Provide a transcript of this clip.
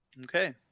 Okay